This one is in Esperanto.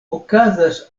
okazas